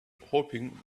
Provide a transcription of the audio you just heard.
hoping